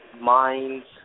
mind's